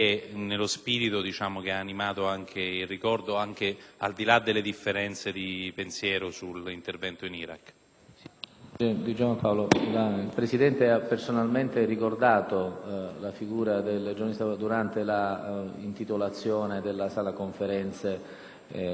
il Presidente ha personalmente ricordato la figura del giornalista durante l'intitolazione della Sala delle Conferenze stampa ai caduti di Nassiriya. Si fa carico e raccoglie appieno l'appello da lei manifestato.